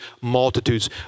multitudes